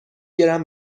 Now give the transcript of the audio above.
گرم